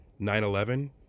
9-11